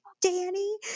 Danny